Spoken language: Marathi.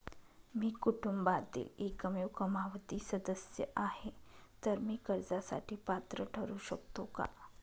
मी कुटुंबातील एकमेव कमावती सदस्य आहे, तर मी कर्जासाठी पात्र ठरु शकतो का?